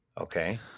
Okay